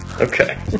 okay